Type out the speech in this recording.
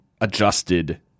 adjusted